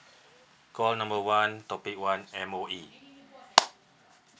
call number one topic one M_O_E